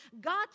God